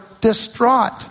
distraught